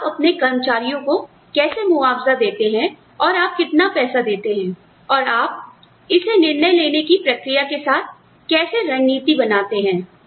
तो आप अपने कर्मचारियों को कैसे मुआवजा देते हैं और आप कितना पैसा देते हैं और आप इसे निर्णय लेने की प्रक्रिया के साथ कैसे रणनीति बनाते हैं